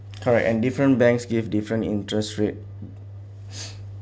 correct and different banks gave different interest rate